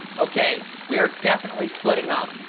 okay, we are definitely splitting up.